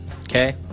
okay